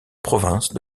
province